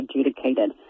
adjudicated